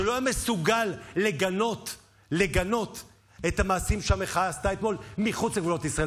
שלא היה מסוגל לגנות את המעשים שהמחאה עשתה אתמול מחוץ לגבולות ישראל.